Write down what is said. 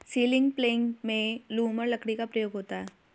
ceiling प्लेग में lumber लकड़ी का प्रयोग होता है